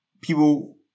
people